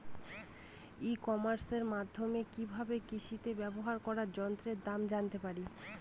ই কমার্সের মাধ্যমে কি ভাবে কৃষিতে ব্যবহার করা যন্ত্রের দাম জানতে পারি?